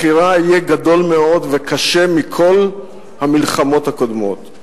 מחירה יהיה גדול מאוד וקשה מכל המלחמות הקודמות.